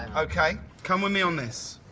and ok. come with me on this.